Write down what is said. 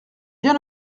bien